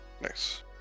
Nice